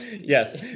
Yes